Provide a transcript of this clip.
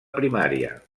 primària